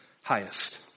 highest